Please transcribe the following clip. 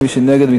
ומי שנגד,